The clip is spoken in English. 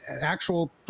actual